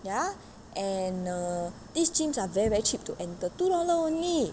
ya and err these gyms are very very cheap to enter two dollar only